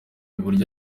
uburyo